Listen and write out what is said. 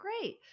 great